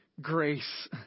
grace